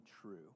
true